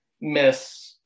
Miss